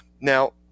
Now